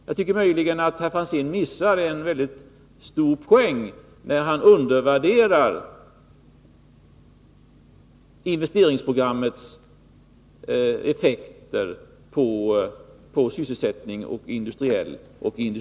Jag tycker att herr Franzén möjligen missar en stor poäng när han undervärderar investeringsprogrammets effekter på sysselsättning och industriell utveckling.